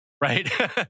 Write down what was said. right